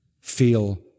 feel